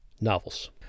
novels